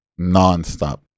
nonstop